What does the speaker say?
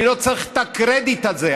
אני לא צריך את הקרדיט הזה.